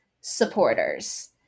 supporters